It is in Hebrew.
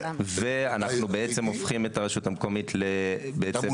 ואנחנו בעצם הופכים את הרשות המקומית למתחרה.